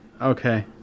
Okay